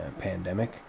pandemic